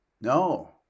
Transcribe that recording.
No